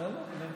בסדר.